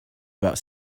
about